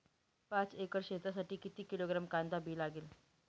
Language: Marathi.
पाच एकर शेतासाठी किती किलोग्रॅम कांदा बी लागेल?